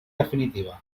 definitiva